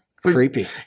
Creepy